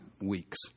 weeks